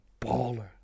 baller